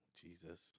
Jesus